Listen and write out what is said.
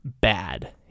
bad